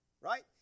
Right